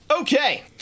Okay